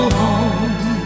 home